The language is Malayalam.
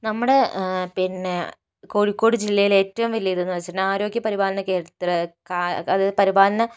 നമ്മുടെ പിന്നെ കോഴിക്കോട് ജില്ലയിലെ ഏറ്റവും വലിയ ഒരിത് എന്ന് വെച്ചിട്ടുണ്ടെങ്കിൽ ആരോഗ്യ പരിപാലന കേന്ദ്ര ക അതായത് പരിപാലന